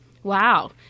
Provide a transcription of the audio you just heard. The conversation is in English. Wow